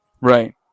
Right